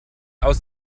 aus